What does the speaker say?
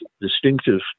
distinctive